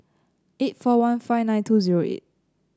eight four one five nine two zero eight